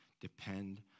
depend